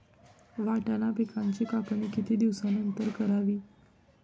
वाटाणा पिकांची कापणी किती दिवसानंतर करावी?